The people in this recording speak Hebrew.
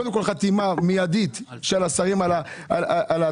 קודם כל חתימה מיידית של השרים על התעריפים,